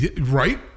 Right